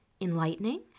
enlightening